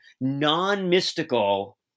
non-mystical